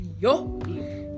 yo